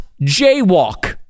jaywalk